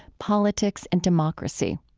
politics, and democracy.